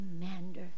commander